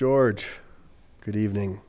george good evening